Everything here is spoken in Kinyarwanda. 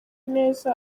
neza